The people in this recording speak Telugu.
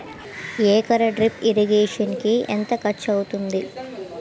ఎకర డ్రిప్ ఇరిగేషన్ కి ఎంత ఖర్చు అవుతుంది?